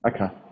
Okay